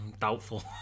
Doubtful